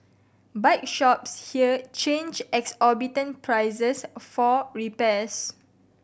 bike shops here charge exorbitant prices for repairs